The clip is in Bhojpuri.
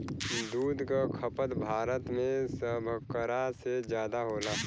दूध क खपत भारत में सभकरा से जादा होला